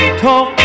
talk